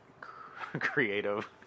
creative